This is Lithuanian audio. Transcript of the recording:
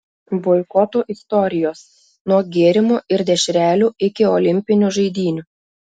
boikotų istorijos nuo gėrimų ir dešrelių iki olimpinių žaidynių